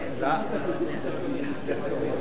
ההצעה לכלול את הנושא בסדר-היום של הכנסת נתקבלה.